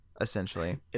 essentially